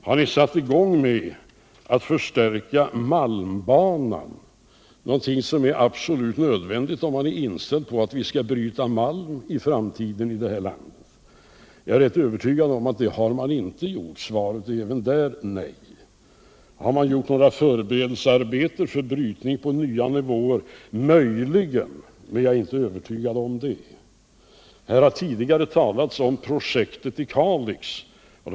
Har ni satt i gång med arbetet att förstärka malmbanan, något som är absolut nödvändigt om man är inställd på att vi i framtiden skall bryta malm i vårt land? Jag är ganska övertygad om att det har man inte gjort. Svaret är även där nej. Har ni gjort några förberedelsearbeten för brytning på nya nivåer? Möjligen, men jag är inte övertygad om det. Här har tidigare talats om projektet i Kalix.